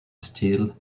steel